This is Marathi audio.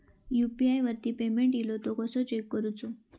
यू.पी.आय वरती पेमेंट इलो तो कसो चेक करुचो?